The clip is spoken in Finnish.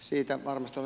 siitä valmistuu